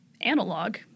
analog